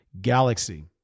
galaxy